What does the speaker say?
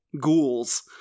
ghouls